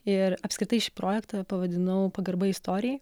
ir apskritai šį projektą pavadinau pagarba istorijai